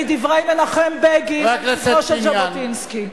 מדברי מנחם בגין, חבר הכנסת פיניאן.